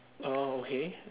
oh okay